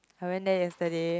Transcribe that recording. I went there yesterday